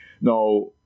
now